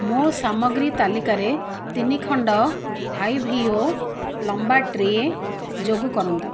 ମୋ ସାମଗ୍ରୀ ତାଲିକାରେ ତିନିଖଣ୍ଡ ଆଇ ଭି ଓ ଲମ୍ବା ଟ୍ରେ ଯୋଗ କରନ୍ତୁ